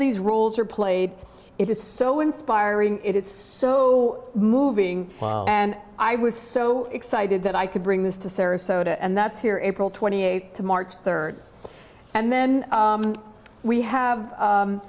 these rules are played it is so inspiring it is so moving and i was so excited that i could bring this to sarasota and that's here april twenty eighth to march third and then we have